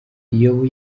yobu